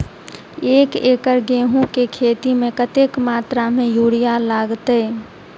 एक एकड़ गेंहूँ केँ खेती मे कतेक मात्रा मे यूरिया लागतै?